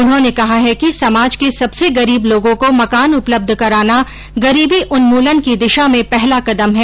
उन्होंने कहा है कि समाज के सबसे गरीब लोगों को मकान उपलब्ध कराना गरीबी उन्मूलन की दिशा में पहला कदम है